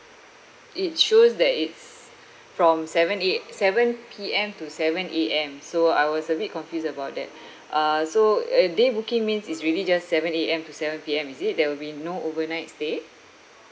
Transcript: it shows that it's from seven A~ seven P_M to seven A_M so I was a bit confused about that uh so a day booking means it's really just seven A_M to seven P_M is it there will be no overnight stay